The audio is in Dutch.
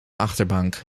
achterbank